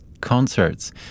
concerts